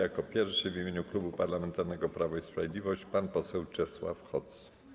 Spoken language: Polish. Jako pierwszy w imieniu Klubu Parlamentarnego Prawo i Sprawiedliwość pan poseł Czesław Hoc.